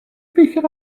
bych